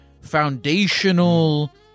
foundational